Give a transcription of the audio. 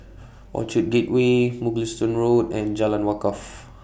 Orchard Gateway Mugliston Road and Jalan Wakaff